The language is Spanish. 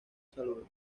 saluda